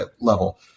level